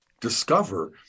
discover